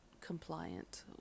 compliant